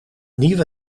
nieuwe